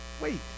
wait